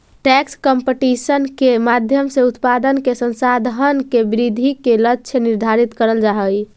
tax competition के माध्यम से उत्पादन के संसाधन के वृद्धि के लक्ष्य निर्धारित करल जा हई